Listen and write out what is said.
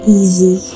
easy